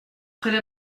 après